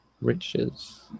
riches